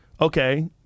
okay